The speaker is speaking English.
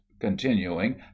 continuing